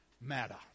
matter